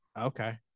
okay